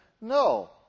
No